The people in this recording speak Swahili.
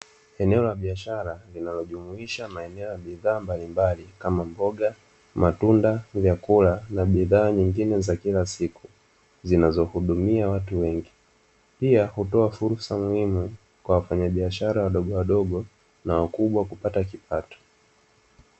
Eneo la biashara, linalojumuisha maeneo ya bidhaa mbalimbali kama: mboga, matunda, vyakula na bidhaa nyingine za kila siku zinazohudumia watu wengi, pia hutoa fursa muhimu kwa wafanyabiashara wadogowadogo na wakubwa kupata kipato.